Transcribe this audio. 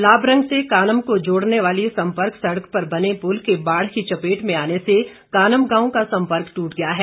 लाबरंग से कानम को जोड़ने वाली संपर्क सड़क पर बने पुल के बाढ़ की चपेट में आने से कानम गांव का सम्पर्क ट्रट गया है